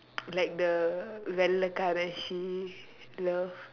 like the வெள்ளைக்காரன்:vellaikkaaran she love